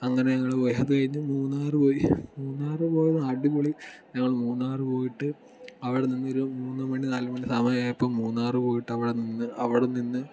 അങ്ങനെ ഞങ്ങൾ അത് കഴിഞ്ഞ് മൂന്നാർ പോയി മൂന്നാർ പോയത് അടിപൊളി ഞങ്ങൾ മൂന്നാർ പോയിട്ട് അവിടെ നിന്നൊരു മൂന്ന് മണി നാല് സമയം ആയപ്പോൾ മൂന്നാർ പോയിട്ട് അവിടെ നിന്ന് അവിടെ നിന്ന്